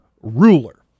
Ruler